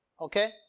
Okay